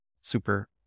super